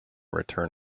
return